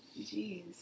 Jeez